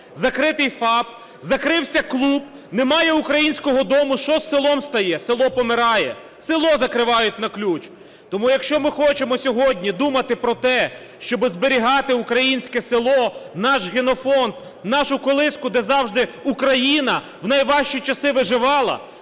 закритий ФАП, закрився клуб, немає "Українського дому", що з селом стає? Село помирає. Село закривають на ключ. Тому, якщо ми хочемо сьогодні думати про те, щоб зберігати українське село, наш генофонд, нашу колиску, де завжди Україна в найважчі часи виживала,